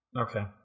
Okay